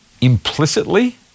implicitly